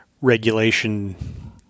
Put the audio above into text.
regulation